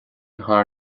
thar